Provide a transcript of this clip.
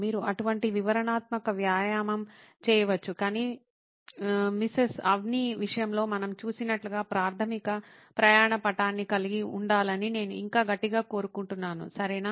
మీరు అటువంటి వివరణాత్మక వ్యాయామం చేయవచ్చు కాని మిసెస్ అవ్ని విషయంలో మనం చూసినట్లుగా ప్రాథమిక ప్రయాణ పటాన్ని కలిగి ఉండాలని నేను ఇంకా గట్టిగా కోరుకుంటున్నాను సరేనా